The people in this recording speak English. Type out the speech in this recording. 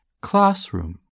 Classroom